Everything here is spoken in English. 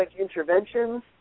interventions